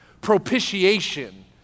propitiation